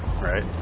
right